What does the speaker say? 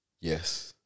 yes